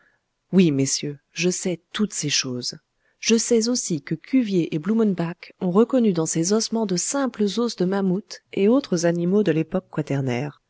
oui messieurs je sais toutes ces choses je sais aussi que cuvier et blumenbach ont reconnu dans ces ossements de simples os de mammouth et autres animaux de l'époque quaternaire